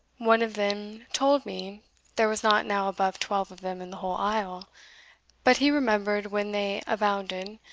one of them told me there were not now above twelve of them in the whole isle but he remembered when they abounded,